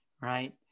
right